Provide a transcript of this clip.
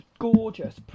Gorgeous